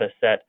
set